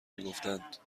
میگفتند